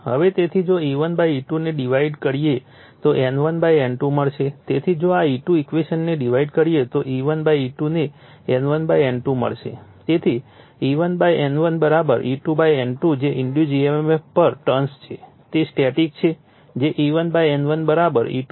હવે તેથી જો E1 E2 ને ડિવાઇડ કરીએ તો N1N2 મળશે તેથી જો આ E2 ઇક્વેશન્સને ડિવાઇડેડ કરીએ તો E1 E2 ને N1N2 મળશે તેથી E1 N1 E2 N2 જે ઇન્ડુસ emf પર ટર્ન્સ છે તે સ્ટેટિક છે જે E1 N1 E2 N2 છે